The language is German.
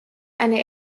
eine